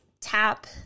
tap